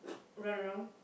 run around